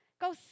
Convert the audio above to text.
Go